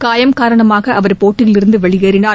காயம் காரணமாக அவர் போட்டியிலிருந்து வெளியேறினார்